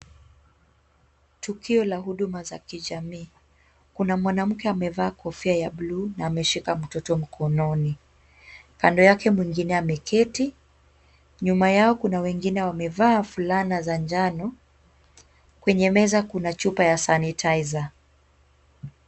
Tukio la huduma za kijamii. Kuna mwanamke amevaa kofia ya blue na ameshika mtoto mkononi. Kando yake mwingine ameketi. Nyuma yao kuna wengine wamevaa fulana za njano. Kwenye meza kuna chupa ya sanitizer .